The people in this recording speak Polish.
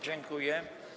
Dziękuję.